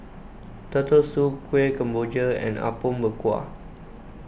Turtle Soup Kueh Kemboja and Apom Berkuah